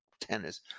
tennis